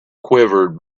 quivered